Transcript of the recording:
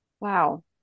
Wow